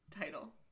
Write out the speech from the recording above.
Title